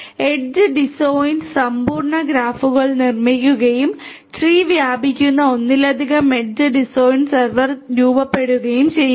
edge disjoint സമ്പൂർണ്ണ ഗ്രാഫുകൾ നിർമ്മിക്കുകയും ട്രീ വ്യാപിക്കുന്ന ഒന്നിലധികം എഡ്ജ് ഡിസോയിന്റ് സെർവർ രൂപപ്പെടുകയും ചെയ്യുന്നു